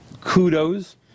kudos